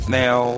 now